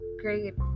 great